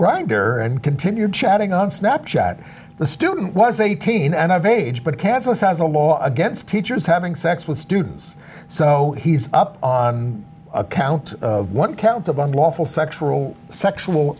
grindr and continue chatting on snap chat the student was eighteen and i've aged but cadmus has a law against teachers having sex with students so he's up on a count one count of unlawful sexual sexual